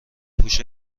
پوش